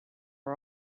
are